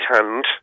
hand